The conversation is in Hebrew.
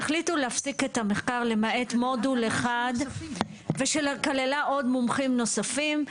והחליטו להפסיק את המחקר למעט מודול אחד ושכללה עוד מומחים נוספים,